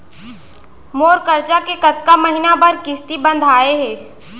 मोर करजा के कतका महीना बर किस्ती बंधाये हे?